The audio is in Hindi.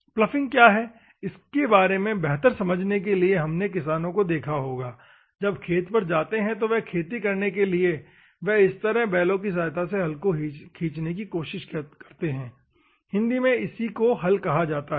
पलॉफिंग क्या है इसके बारे में बेहतर समझने के लिए अपने किसानों को देखा होगा जब खेत पर जाते हैं तो वह खेती करने के लिए वे इस तरह वह बैलों की सहायता से हल को खींचने की कोशिश करते हैं हिंदी में इसको हल कहां जाता है